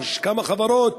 או כמה חברות,